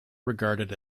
regarded